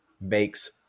makes